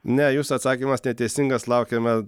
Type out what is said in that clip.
ne jūsų atsakymas neteisingas laukiame